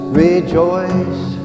rejoice